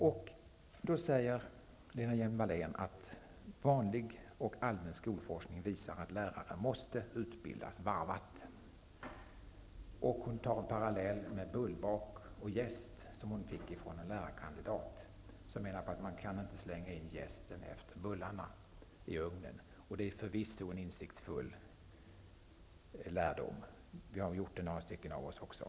Lena Hjelm-Wallén säger att vanlig och allmän skolforskning visar att lärare måste utbildas varvat. Hon tar upp en parallell med bullbak och jäst, vilken hon hört av en lärarkandidat. Denne menade att man inte kan slänga in jästen i ugnen efter bullarna. Det är förvisso en insiktsfull lärdom, som också några stycken av oss har erfarit.